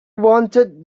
wanted